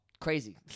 crazy